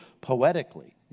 poetically